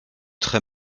très